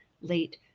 late